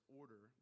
order